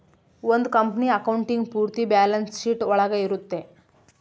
ಒಂದ್ company accounting ಪೂರ್ತಿ balance sheet ಒಳಗ ಇರುತ್ತೆ